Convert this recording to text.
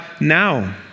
now